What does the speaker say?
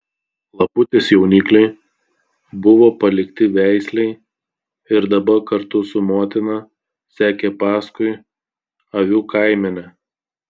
laputės jaunikliai buvo palikti veislei ir dabar kartu su motina sekė paskui avių kaimenę